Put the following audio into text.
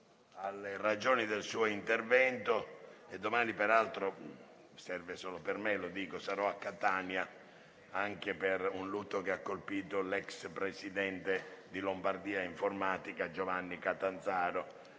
alle ragioni del suo intervento. Domani, peraltro, sarò a Catania anche per un lutto che ha colpito l'ex presidente di Lombardia informatica, Giovanni Catanzaro,